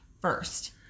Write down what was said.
first